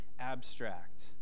Abstract